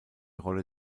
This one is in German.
rolle